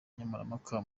nkemurampaka